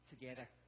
together